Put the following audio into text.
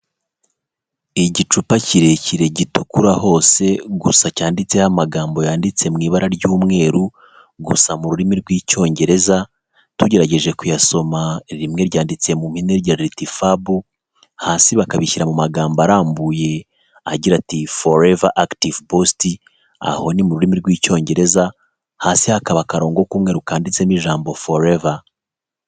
Igicupa kirekire gitukura hose gusa cyanditseho amagambo yanditse mu ibara ry'umweru gusa mu rurimi rw'icyongereza, tugerageje kuyasoma rimwe ryanditse mu mpine riti FAB hasi bakabishyira mu magambo arambuye, agira ati forever active post aho ni mu rurimi rw'icyongereza, hasi hakaba akarongo k'umweru kanditseho ijambo foreva